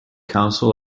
council